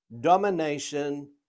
domination